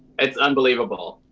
it's unbelievable,